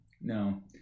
No